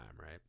right